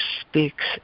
speaks